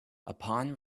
upon